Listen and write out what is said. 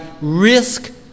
risk